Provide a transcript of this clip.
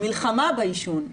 המלחמה בעישון.